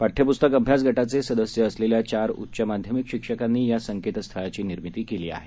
पाठ्यप्स्तक अभ्यासगटाचे सदस्य असलेल्या चार उच्च माध्यमिक शिक्षकांनी या संकेतस्थळाची निर्मिती केली आहे